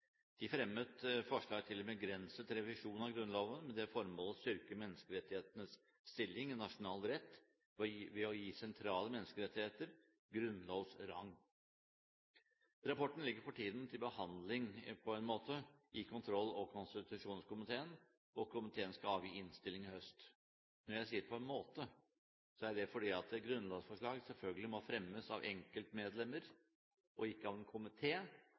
De fremmet forslag til en begrenset revisjon av Grunnloven, med det formål å styrke menneskerettighetenes stilling i nasjonal rett ved å gi sentrale menneskerettigheter grunnlovs rang. Rapporten ligger for tiden til behandling – på en måte – i kontroll- og konstitusjonskomiteen, og komiteen skal avgi innstilling i høst. Når jeg sier «på en måte», er det fordi grunnlovsforslag selvfølgelig må fremmes av enkeltmedlemmer, ikke av en